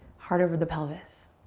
heart over the pelvis.